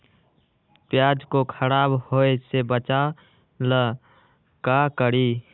प्याज को खराब होय से बचाव ला का करी?